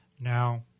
Now